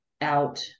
out